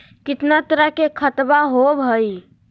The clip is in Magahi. कितना तरह के खातवा होव हई?